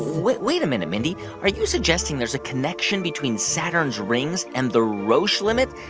wait wait a minute, mindy. are you suggesting there's a connection between saturn's rings and the roche limit?